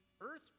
earth